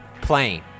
Plane